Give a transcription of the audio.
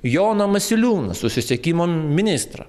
joną masiliūną susisiekimo ministrą